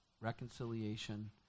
reconciliation